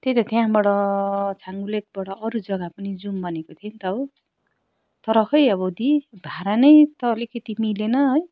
त्यही त त्यहाँबाट छाङ्गु लेकबाट अरू जग्गा पनि जाउँ भनेको थिएँ नि त हो तर खै अब दी भाडा नै त अलिकति मिलेन है